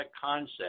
concept